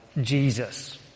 Jesus